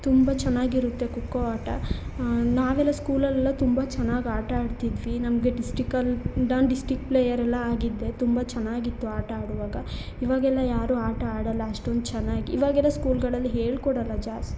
ತುಂಬ ಚೆನ್ನಾಗಿರುತ್ತೆ ಖೋಖೋ ಆಟ ನಾವೆಲ್ಲ ಸ್ಕೂಲಲೆಲ್ಲ ತುಂಬ ಚೆನ್ನಾಗಿ ಆಟ ಆಡ್ತಿದ್ವಿ ನಮಗೆ ಡಿಸ್ಟಿಕಲ್ಲಿ ನಾನು ಡಿಸ್ಟಿಕ್ ಪ್ಲೇಯರೆಲ್ಲ ಆಗಿದ್ದೆ ತುಂಬ ಚೆನ್ನಾಗಿತ್ತು ಆಟ ಆಡುವಾಗ ಇವಾಗೆಲ್ಲ ಯಾರೂ ಆಟ ಆಡಲ್ಲ ಅಷ್ಟೊಂದು ಚೆನ್ನಾಗಿ ಇವಾಗೆಲ್ಲ ಸ್ಕೂಲ್ಗಳಲ್ಲಿ ಹೇಳಿಕೊಡಲ್ಲ ಜಾಸ್